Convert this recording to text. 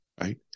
right